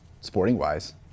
sporting-wise